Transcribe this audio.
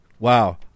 Wow